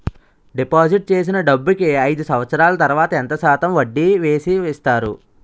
Deposit చేసిన డబ్బుకి అయిదు సంవత్సరాల తర్వాత ఎంత శాతం వడ్డీ వేసి ఇస్తారు?